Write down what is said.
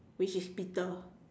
which is Peter